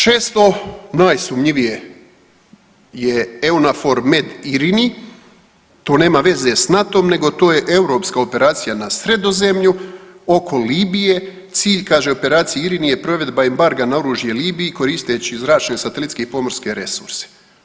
Šesto, naj sumljivije je Eunavfor Med Irini, to nema veze s NATO-m nego, to je Europska operacija na Sredozemlju, oko Libije, cilj kaže operacije Irini je provedba embarga na oružje Libiji koristeći zračne, satelitske i pomorske resurse.